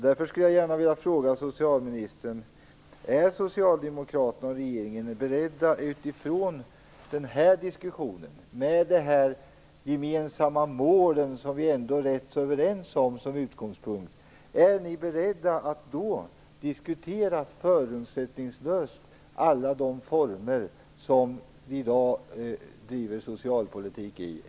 Därför skulle jag gärna vilja fråga socialministern: Är socialdemokraterna och regeringen, utifrån den här diskussionen med de gemensamma mål som vi är ganska överens om som utgångspunkt, beredda att förutsättningslöst diskutera alla de former som vi i dag driver socialpolitik i?